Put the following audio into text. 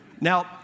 Now